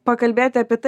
pakalbėti apie tai